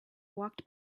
walked